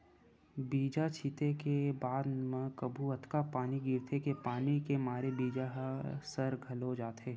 बीजा छिते के बाद म कभू अतका पानी गिरथे के पानी के मारे बीजा ह सर घलोक जाथे